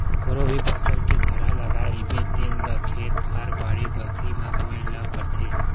कोनो भी फसल के थरहा लगाए रहिबे तेन ल खेत खार, बाड़ी बखरी म बोए ल परथे